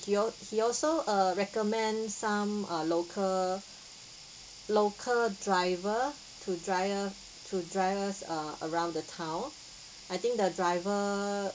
he al~ he also uh recommend some uh local local driver to drive us to drive us uh around the town I think the driver